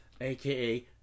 aka